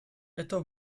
estos